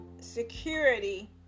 security